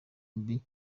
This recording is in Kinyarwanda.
mbi